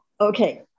Okay